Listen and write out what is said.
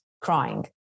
crying